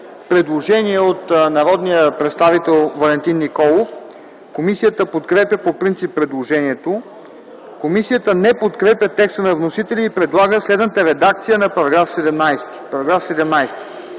Предложение от народния представител Валентин Николов. Комисията подкрепя предложението. Комисията подкрепя по принцип текста на вносителя и предлага следната редакция на §